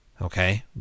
Okay